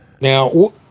now